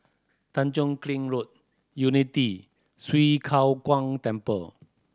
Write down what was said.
Tanjong Kling Road Unity Swee Kow Kuan Temple